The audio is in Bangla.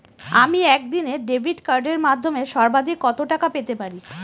আমি একদিনে ডেবিট কার্ডের মাধ্যমে সর্বাধিক কত টাকা পেতে পারি?